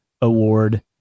Award